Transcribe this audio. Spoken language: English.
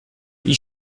you